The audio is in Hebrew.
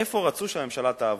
איפה רצו שהממשלה תעבוד?